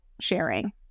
sharing